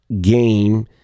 game